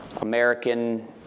American